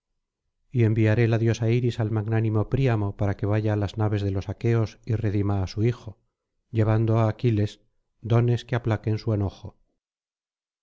y enviaré la diosa iris al magnánimo príamo para que vaya á las naves de los aqueos y redima á su hijo llevando á aquiles dones que aplaquen su enojo